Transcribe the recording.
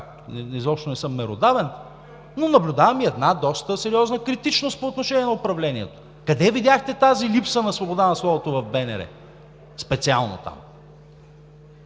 кажа, че аз поне дори наблюдавам една доста сериозна критичност по отношение на управлението. Къде видяхте тази липса на свобода на словото в БНР? Специално там.